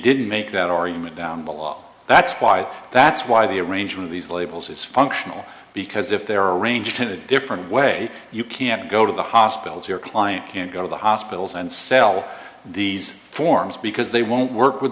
didn't make that argument down the law that's why that's why the arrangement these labels is functional because if they're arranged in a different way you can go to the hospital if your client can go to the hospitals and sell these forms because they won't work with